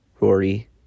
Rory